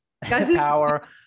power